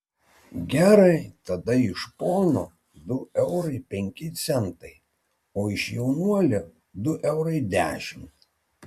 gerai tada iš pono du eurai penki centai o iš jaunuolio du eurai dešimt